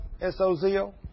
S-O-Z-O